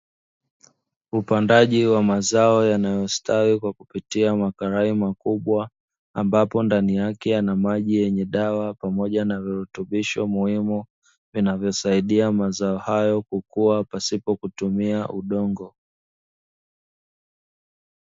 Upandaji wa mazao yanayostawi stawi kwa kutumia makarai makubwa ambapo ndani yake kuna maji yenye dawa pamoja na virutubisho muhimu vinavyosaidia mazao hayo kukuwa pasina kutumia udongo.